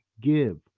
give